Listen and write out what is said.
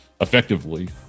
effectively